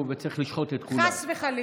תגיד, אני יהודייה פחות ממי ששם כיפה?